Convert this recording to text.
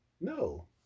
No